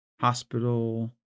Hospital